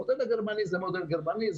המודל הגרמני הוא מודל גרמני,